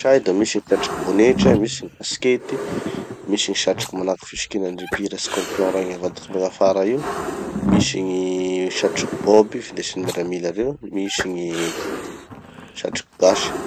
da misy gny satroky bonetra, misy gny casquette, misy gny satroky manahaky gny fisikinan-dry mpihira scorpion regny avadiky megna afara io, misy gny satroky bob findesin'ny miaramila reo, misy gny satroky gasy.